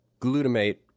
glutamate